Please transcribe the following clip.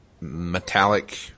metallic